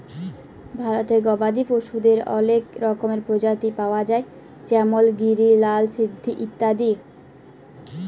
ভারতে গবাদি পশুদের অলেক রকমের প্রজাতি পায়া যায় যেমল গিরি, লাল সিন্ধি ইত্যাদি